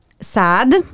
sad